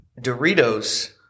Doritos